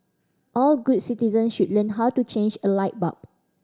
all good citizens should learn how to change a light bulb